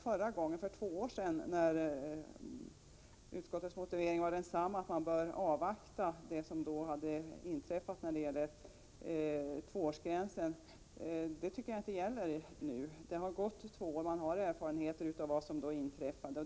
För två år sedan var utskottets motivering densamma som nu, dvs. att man bör avvakta och se vad som inträffar efter tvåårsgränsen. Det gäller inte nu. Det har nu gått två år, och man har erfarenhet av vad som inträffat.